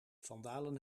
vandalen